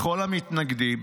לכל המתנגדים,